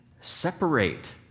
separate